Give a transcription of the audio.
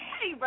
Hey